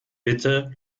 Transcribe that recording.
bitte